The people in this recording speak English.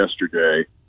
yesterday